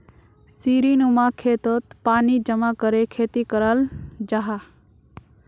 सीढ़ीनुमा खेतोत पानी जमा करे खेती कराल जाहा